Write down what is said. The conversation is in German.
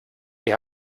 ihr